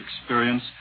experience